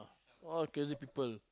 all killing people